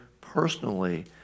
personally